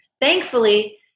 thankfully